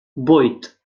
vuit